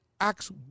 acts